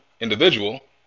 individual